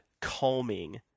calming